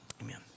Amen